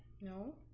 No